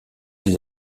des